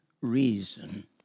reason